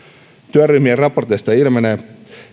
työryhmien raporteista ilmenee